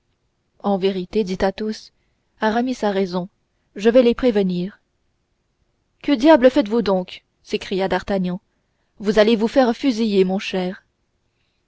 en vérité dit athos aramis a raison je vais les prévenir que diable faites-vous donc s'écria d'artagnan vous allez vous faire fusiller mon cher